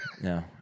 no